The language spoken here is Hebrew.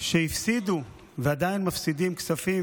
שהפסידו ועדיין מפסידים כספים,